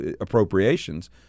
appropriations